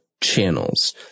channels